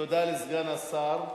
תודה לסגן השר.